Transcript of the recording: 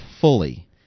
fully